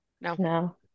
No